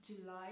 July